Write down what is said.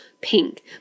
pink